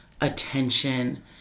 attention